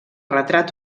retrat